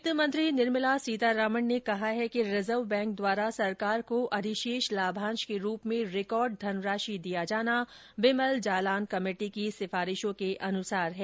वित्तमंत्री निर्मला सीतारामन ने कहा है कि रिजर्व बैंक द्वारा सरकार को अधिशेष लाभांश के रूप में रिकॉर्ड धन राशि दिया जाना बिमल जालान कमेटी की सिफारिशों के अनुसार है